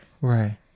Right